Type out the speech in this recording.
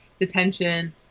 detention